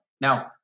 Now